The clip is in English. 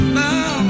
now